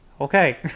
okay